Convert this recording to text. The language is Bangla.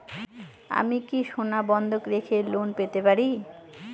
আমি কি সোনা বন্ধক রেখে লোন পেতে পারি?